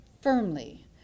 firmly